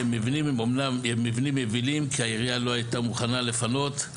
במבנים הם אמנם מבנים יבילים כי העירייה לא הייתה מוכנה לפנות,